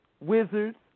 wizards